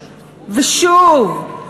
ושוב,